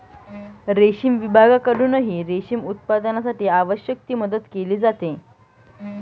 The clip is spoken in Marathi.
रेशीम विभागाकडूनही रेशीम उत्पादनासाठी आवश्यक ती मदत केली जाते